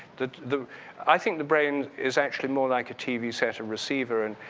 the the i think the brain is actually more like a tv set or receiver. and